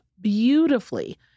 beautifully